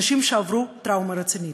אנשים שעברו טראומה רצינית.